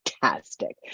Fantastic